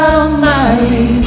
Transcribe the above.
Almighty